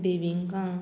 बिबिंकां